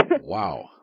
Wow